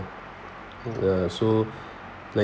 ya so like